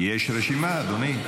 יש רשימה, אדוני.